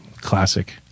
Classic